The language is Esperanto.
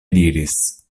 diris